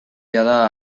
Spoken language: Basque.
jada